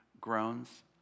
groans